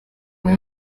amwe